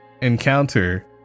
encounter